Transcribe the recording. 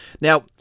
Now